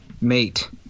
mate